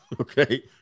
Okay